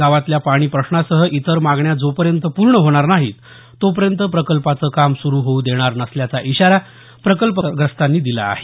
गावातल्या पाणी प्रश्नासह इतर मागण्या जोपर्यंत पूर्ण होणार नाहीत तोपर्यंत प्रकल्पाचं काम सुरू होऊ देणार नसल्याचा इशारा प्रकल्पग्रस्तांनी दिला आहे